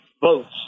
votes